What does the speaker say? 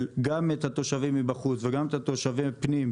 גם את התושבים מבחוץ וגם תושבי פנים,